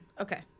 Okay